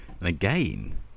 again